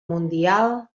mundial